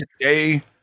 today